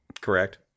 correct